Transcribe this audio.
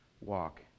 walk